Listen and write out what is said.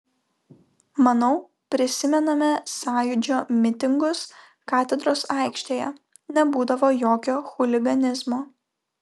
manau prisimename sąjūdžio mitingus katedros aikštėje nebūdavo jokio chuliganizmo